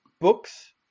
books